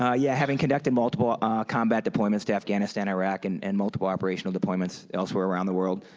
ah yeah, having conducted multiple combat deployments to afghanistan, iraq, and and multiple operational deployments elsewhere around the work,